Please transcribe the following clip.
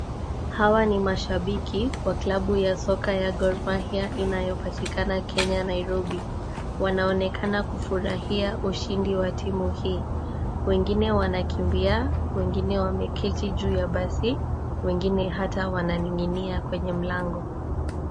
Hawa ni mashabiki wa klabu ya soka ya Gor mahia inayopatikana Kenya Nairobi. Wanaonekana kufurahia ushindi wa timu hii. Wengine wanakimbia, wengine wameketi juu ya basi, wengine hata wananinginia kwenye mlango.